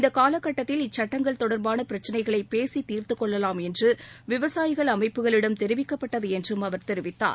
இந்த காலக்கட்டத்தில் இச்சட்டங்கள் தொடர்பான பிரச்சினைகளை பேசி தீர்த்துக்கொள்ளலாம் என்று விவசாயிகள் அமைப்புகளிடம் தெரிவிக்கப்பட்டது என்றும் அவர் தெரிவித்தார்